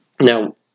Now